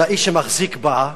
של האיש שמחזיק בה,